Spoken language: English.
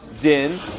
din